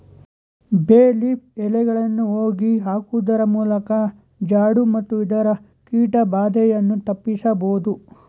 ಬೇ ಲೀಫ್ ಎಲೆಗಳನ್ನು ಹೋಗಿ ಹಾಕುವುದರಮೂಲಕ ಜಾಡ್ ಮತ್ತು ಇತರ ಕೀಟ ಬಾಧೆಯನ್ನು ತಪ್ಪಿಸಬೋದು